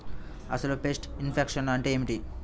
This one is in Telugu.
అసలు పెస్ట్ ఇన్ఫెక్షన్ అంటే ఏమిటి?